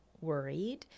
worried